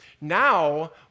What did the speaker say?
Now